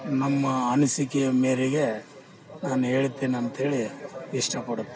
ನಮ್ಮ ಅನಿಸಿಕೆಯ ಮೇರೆಗೆ ನಾನು ಹೇಳ್ತಿನ್ ಅಂತೇಳಿ ಇಷ್ಟಪಡುತ್ತೇನೆ